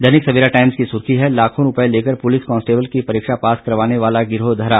दैनिक Savera Times की सुर्खी है लाखों रुपये लेकर पुलिस कांस्टेबल की परीक्षा पास करवाने वाला गिरोह धरा